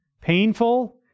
painful